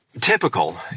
typical